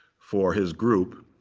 for his group,